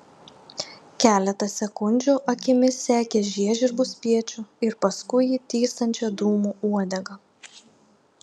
keletą sekundžių akimis sekė žiežirbų spiečių ir paskui jį tįstančią dūmų uodegą